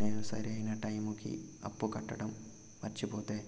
నేను సరైన టైముకి అప్పు కట్టడం మర్చిపోతే